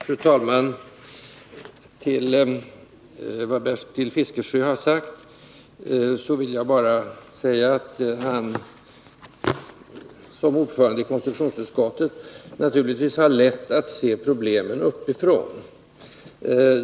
Fru talman! Som kommentar till vad Bertil Fiskesjö sade vill jag bara säga att han som ordförande i konstitutionsutskottet naturligtvis har lätt att se problemen uppifrån.